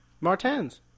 Martens